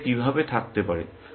সেটা কিভাবে থাকতে পারে